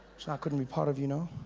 so i couldn't be part of, you know.